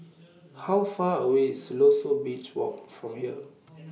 How Far away IS Siloso Beach Walk from here